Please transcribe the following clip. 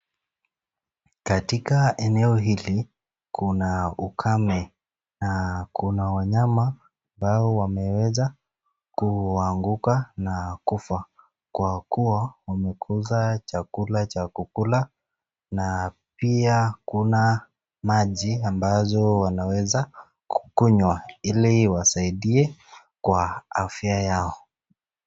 Katika eneo hili kuna ukame, na kuna wanyama ambao wameeza kuanguka na kufa, kwa kuwa wamekosa chakula cha kukula, na pia kuna maji ambazo wanaweza kukunywa, ili wasaidie kwa afya yao.